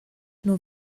nur